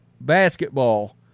basketball